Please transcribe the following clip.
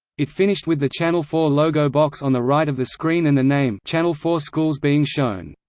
it finished with the channel four logo box on the right of the screen and the name channel four schools being shown.